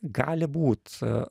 gali būt